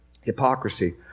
Hypocrisy